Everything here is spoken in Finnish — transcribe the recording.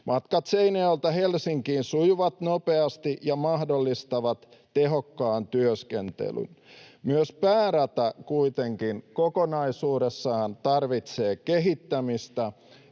Matkat Seinäjoelta Helsinkiin sujuvat nopeasti ja mahdollistavat tehokkaan työskentelyn. Myös päärata kuitenkin kokonaisuudessaan tarvitsee kehittämistä.